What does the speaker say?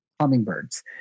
hummingbirds